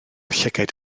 llygaid